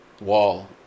wall